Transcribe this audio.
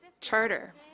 Charter